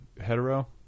hetero